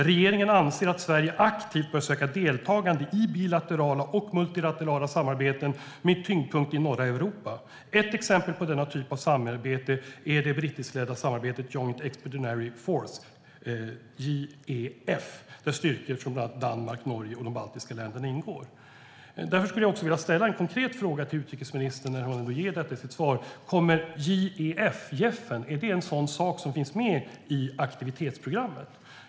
Regeringen anser att Sverige aktivt bör söka deltagande i bilaterala och multilaterala samarbeten med tyngdpunkt i norra Europa. Ett exempel på denna typ av samarbete är det brittiskledda samarbete där styrkor från bl.a. Danmark, Norge och de baltiska länderna ingår." Därför skulle jag vilja ställa en konkret fråga till utrikesministern när hon ändå ger sitt svar: Är Joint Expeditionary Force, JEF, en sådan sak som finns med i aktivitetsprogrammet?